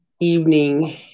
evening